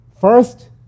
First